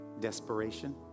desperation